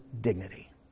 dignity